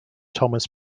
thomas